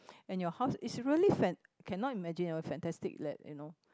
and your house is really fan~ cannot imagine fantastic like you know